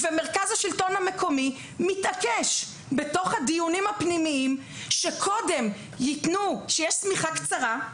ומרכז השלטון המקומי מתעקש בתוך הדיונים הפנימיים שיש שמיכה קצרה,